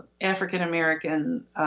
African-American